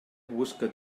busca